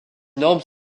normes